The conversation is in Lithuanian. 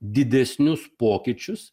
didesnius pokyčius